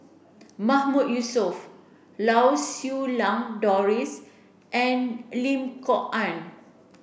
Mahmood Yusof Lau Siew Lang Doris and Lim Kok Ann